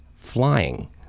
flying